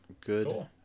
Good